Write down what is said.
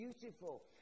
beautiful